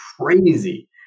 crazy